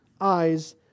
eyes